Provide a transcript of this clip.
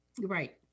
Right